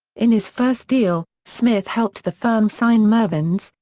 in his first deal, smith helped the firm sign mervyn's,